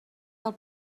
del